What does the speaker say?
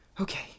Okay